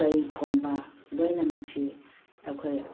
ꯀꯩ ꯈꯣꯡꯕ ꯂꯣꯏꯅꯃꯛꯁꯤ ꯑꯩꯈꯣꯏ